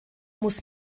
muss